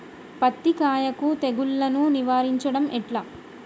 పత్తి కాయకు తెగుళ్లను నివారించడం ఎట్లా?